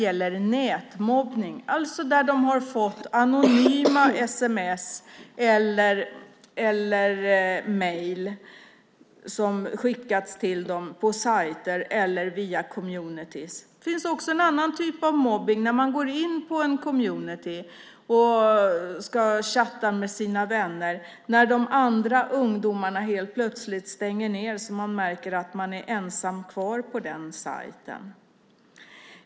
De har alltså fått anonyma sms eller mejl som skickats till dem på sajter eller via communities . Det finns också en annan typ av mobbning: När man går in på en community och ska chatta med sina vänner stänger de andra ungdomarna helt plötsligt ned, och man märker att man är ensam kvar på sajten.